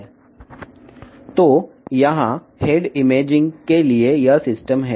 కాబట్టి head imaging కోసం ఇక్కడ ఈ వ్యవస్థ ఉంది